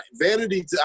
vanity